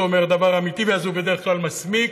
אומר דבר אמיתי ואז הוא בדרך כלל מסמיק,